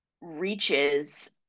reaches